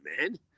man